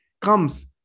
comes